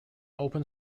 open